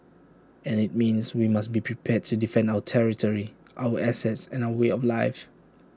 and IT means we must be prepared to defend our territory our assets and our way of life